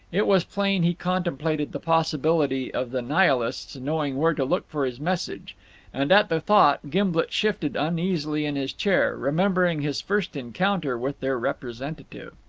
it was plain he contemplated the possibility of the nihilists knowing where to look for his message and at the thought gimblet shifted uneasily in his chair, remembering his first encounter with their representative.